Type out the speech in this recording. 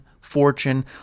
fortune